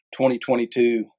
2022